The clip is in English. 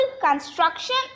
construction